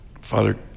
Father